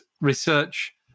research